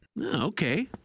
Okay